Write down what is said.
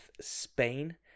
Spain